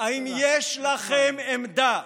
האם יש לכם עמדה?